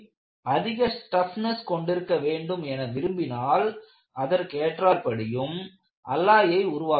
அவை அதிக டப்னெஸ் கொண்டிருக்க வேண்டும் என விரும்பினால் அதற்கேற்றார் படியும் அல்லாயை உருவாக்கலாம்